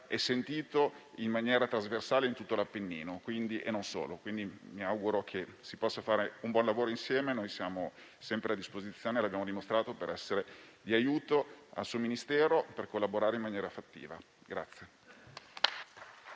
sentito in maniera trasversale in tutto l'Appennino e non solo. Mi auguro che si possa fare un buon lavoro insieme. Siamo sempre a disposizione - lo abbiamo dimostrato - per essere di aiuto al suo Ministero e collaborare in maniera fattiva.